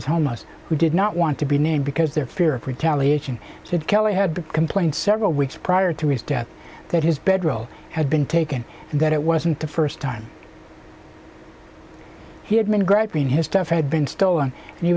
city's homos who did not want to be named because their fear of retaliation said kelly had complained several weeks prior to his death that his bedroll had been taken and that it wasn't the first time he had been grabbing his stuff had been stolen and he